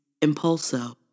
Impulso